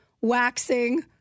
waxing